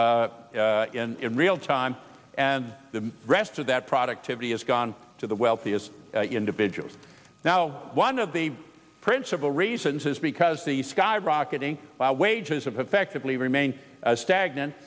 real in real time and the rest of that productivity has gone to the wealthiest individuals now one of the principal reasons is because the skyrocketing wages of affectively remain stagnant